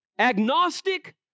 agnostic